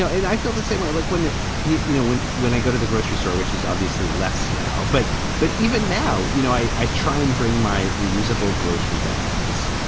and i feel the same way like when ah you you know, when when i go to the grocery store, which is obviously less now. but but even now, you know, i i try and bring my reusable grocery bags.